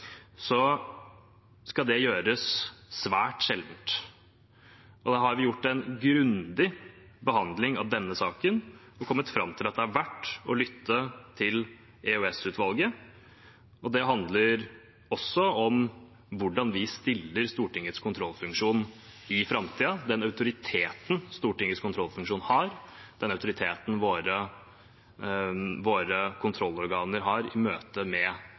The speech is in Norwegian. Så skal det gjøres svært sjeldent. Da har vi foretatt en grundig behandling av denne saken og kommet fram til at det er verdt å lytte til EOS-utvalget. Det handler også om hvordan vi stiller Stortingets kontrollfunksjon i framtiden, den autoriteten Stortingets kontrollfunksjon har, den autoriteten våre kontrollorganer har i møte med